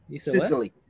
Sicily